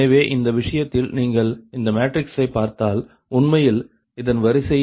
எனவே இந்த விஷயத்தில் நீங்கள் இந்த மேட்ரிக்ஸை பார்த்தால் உண்மையில் இதன் வரிசைமுறை 5×5ஆகும்